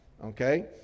okay